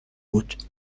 بود